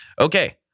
okay